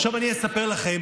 עכשיו אני אספר לכם,